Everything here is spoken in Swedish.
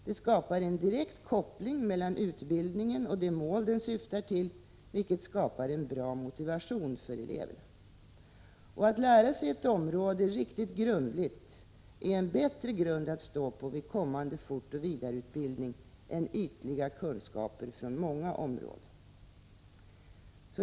De skapar en direkt koppling mellan utbildningen och de mål de syftar till, vilket ger eleverna en bra motivation. Att lära sig ett område riktigt grundligt är en bättre grund att stå på vid kommande fortoch vidareutbildning än ytliga kunskaper från många områden.